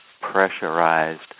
pressurized